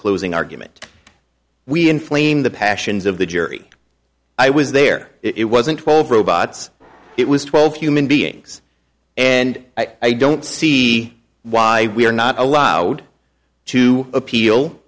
closing argument we inflame the passions of the jury i was there it wasn't twelve robots it was twelve human beings and i don't see why we are not allowed to appeal